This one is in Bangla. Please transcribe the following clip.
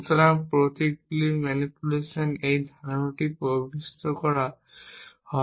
সুতরাং প্রতীকগুলির ম্যানিপুলেশন এই ধারণাটিতে পরিবেশন করা হয়